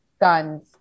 guns